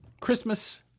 Christmas